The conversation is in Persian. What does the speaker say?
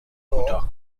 کوتاه